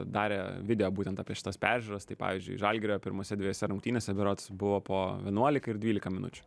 darė video būtent apie šituos peržiūras tai pavyzdžiui žalgirio pirmose dvejose rungtynėse berods buvo po vienuolika ir dvylika minučių